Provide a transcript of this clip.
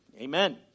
Amen